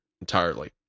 Entirely